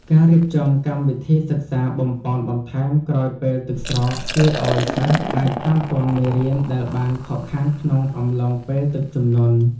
ការរៀបចំកម្មវិធីសិក្សាបំប៉នបន្ថែមក្រោយពេលទឹកស្រក ជួយឱ្យសិស្សអាចតាមទាន់មេរៀនដែលបានខកខានក្នុងអំឡុងពេលទឹកជំនន់។